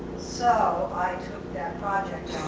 so, i took that project